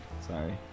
Sorry